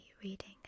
Reading